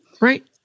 Right